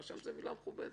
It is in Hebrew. רשם זו מילה מכובדת.